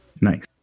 Nice